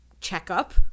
checkup